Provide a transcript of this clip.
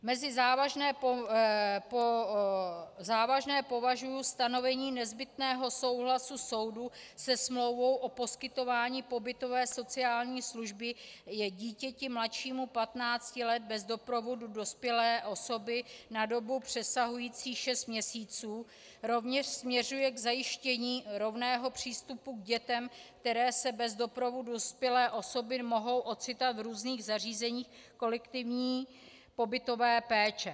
Mezi závažné považuji stanovení nezbytného souhlasu soudu se smlouvou o poskytování pobytové sociální služby dítěti mladšímu 15 let bez doprovodu dospělé osoby na dobu přesahující šest měsíců, rovněž směřuje k zajištění rovného přístupu k dětem, které se bez doprovodu dospělé osoby mohou ocitat v různých zařízeních kolektivní pobytové péče.